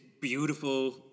beautiful